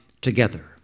together